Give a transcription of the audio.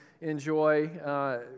enjoy